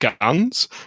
guns